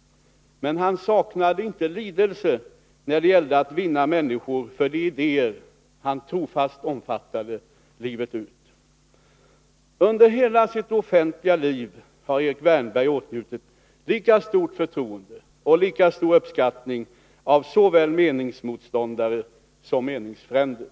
— men han saknade inte lidelse när det gällde att vinna människor för de idéer han trofast omfattade livet ut. Under hela sitt offentliga liv har Erik Wärnberg åtnjutit lika stort förtroende och lika stor uppskattning av såväl meningsmotståndare som meningsfränder.